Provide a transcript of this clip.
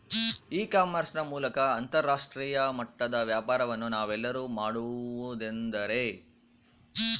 E commerce ನ ಮೂಲಕ ಅಂತರಾಷ್ಟ್ರೇಯ ಮಟ್ಟದ ವ್ಯಾಪಾರವನ್ನು ನಾವೆಲ್ಲರೂ ಮಾಡುವುದೆಂದರೆ?